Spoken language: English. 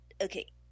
okay